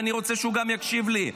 ואני רוצה שהוא גם יקשיב לי.